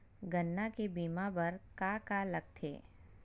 गन्ना के बीमा बर का का लगथे?